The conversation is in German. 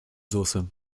soße